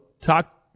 talk